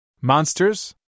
Monsters